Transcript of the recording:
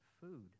food